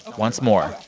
once more,